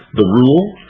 the rule,